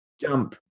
jump